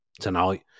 tonight